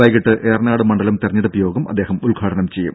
വൈകീട്ട് ഏറനാട് മണ്ഡലം തെരഞ്ഞെടുപ്പ് യോഗം അദ്ദേഹം ഉദ്ഘാടനം ചെയ്യും